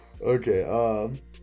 Okay